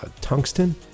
tungsten